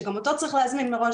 שגם אותה צריך להזמין מראש